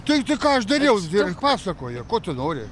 tai tai ką aš dariau ir pasakoju ko tu nori